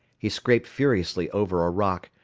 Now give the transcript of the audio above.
he scraped furiously over a rock,